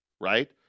right